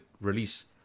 release